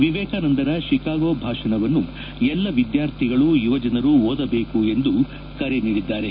Vivekananda Chicago ಭಾಷಣವನ್ನು ಎಲ್ಲಾ ವಿದ್ಯಾರ್ಥಿಗಳು ಯುವಜನರು ಓದಬೇಕು ಎಂದು ಕರೆ ನೀಡಿದ್ದಾರೆ